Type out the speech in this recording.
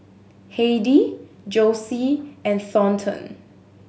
Heidy Josie and Thornton